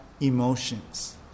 emotions